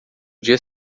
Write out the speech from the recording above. dia